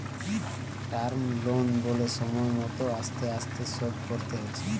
term loan বলে সময় মত আস্তে আস্তে শোধ করতে হচ্ছে